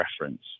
reference